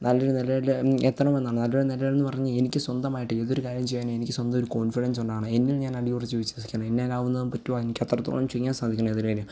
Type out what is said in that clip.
നല്ലൊരു നിലയിൽ എത്തണമെന്നാണ് നല്ലൊരു നിലയിലെന്നു പറഞ്ഞ് എനിക്ക് സ്വന്തമായിട്ട് ഏതൊരു കാര്യം ചെയ്യാനും എനിക്ക് സ്വന്തായൊരു കോൺഫിഡൻസുണ്ടാകണം എന്നും ഞാൻ അടി ഉറച്ചു വിശ്വസിക്കുന്നു എന്നാലാകുന്നതും പറ്റുമോ എനിക്കത്രത്തോളം ചെയ്യാൻ സാധിക്കുന്നു അതിനേൽ